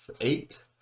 eight